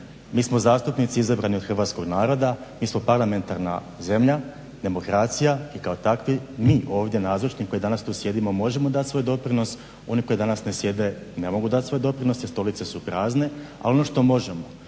Mi smo zastupnici izabrani od hrvatskog naroda, mi smo parlamentarna zemlja, demokracija i kao takvi mi ovdje nazočni koji danas tu sjedimo možemo dat svoj doprinos, oni koji danas ne sjede ne mogu dat svoj doprinos jer stolice su prazne. A ono što možemo,